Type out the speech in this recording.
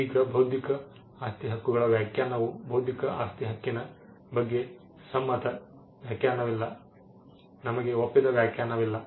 ಈಗ ಬೌದ್ಧಿಕ ಆಸ್ತಿ ಹಕ್ಕುಗಳ ವ್ಯಾಖ್ಯಾನವು ಬೌದ್ಧಿಕ ಆಸ್ತಿ ಹಕ್ಕಿನ ಬಗ್ಗೆ ಸಮ್ಮತ ವ್ಯಾಖ್ಯಾನವಿಲ್ಲ ನಮಗೆ ಒಪ್ಪಿದ ವ್ಯಾಖ್ಯಾನವಿಲ್ಲ